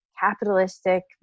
capitalistic